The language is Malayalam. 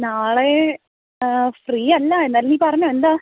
നാളെ ഫ്രീയല്ല എന്നാലും നീ പറഞ്ഞോ എന്താ